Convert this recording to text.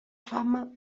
fama